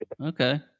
Okay